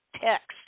text